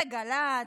וגל"צ,